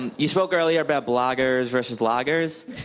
and you spoke earlier about bloggers versus loggers.